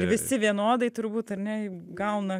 visi vienodai turbūt ar ne gauna